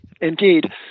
Indeed